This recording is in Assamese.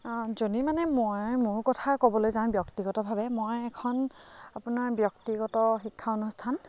যদি মানে মই মোৰ কথা ক'বলৈ যাওঁ ব্যক্তিগতভাৱে মই এখন আপোনাৰ ব্যক্তিগত শিক্ষা অনুষ্ঠান